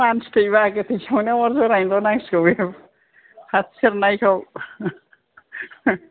मानसि थैबा गोथै सावनायावल' अर जरायनोल' नांसिगौ बेखौ फाथो सेरनाखौ